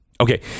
Okay